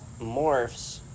morphs